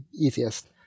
easiest